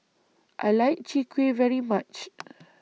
I like Chwee Kueh very much